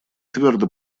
твердо